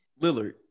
Lillard